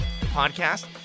podcast